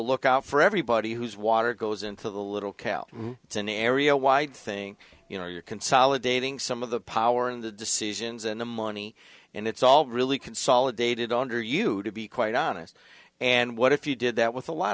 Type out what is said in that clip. look out for everybody who's water goes into the little cal it's an area wide thing you know you're consolidating some of the power and the decisions and the money and it's all really consolidated under you to be quite honest and what if you did that with a lot